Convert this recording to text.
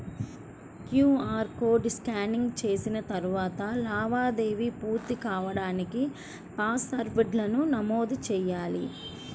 QR code scanning చేసిన తరువాత లావాదేవీ పూర్తి కాడానికి పాస్వర్డ్ను నమోదు చెయ్యాలి